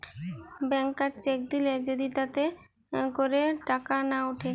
ব্যাংকার cheque দিলে যদি তাতে করে টাকা না উঠে